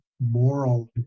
moral